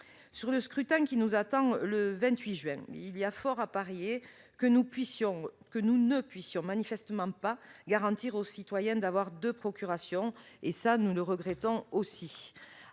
Sur le scrutin qui nous attend le 28 juin, il y a fort à parier que nous ne puissions manifestement pas garantir aux citoyens d'avoir deux procurations, et nous le regrettons.